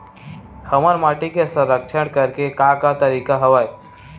हमर माटी के संरक्षण करेके का का तरीका हवय?